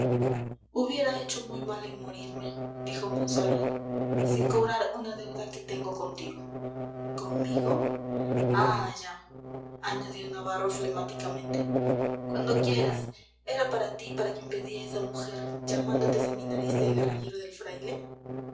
hubiera hecho muy mal en morirme dijo monsalud sin cobrar una deuda que tengo contigo conmigo ah ya añadió navarro flemáticamente cuando quieras era para ti para quien pedía esa mujer llamándote seminarista y guerrillero del fraile